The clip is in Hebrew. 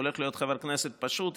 הולך להיות חבר כנסת פשוט,